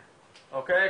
אוקיי.